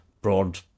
broad